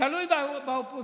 תלוי באופוזיציה.